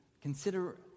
consider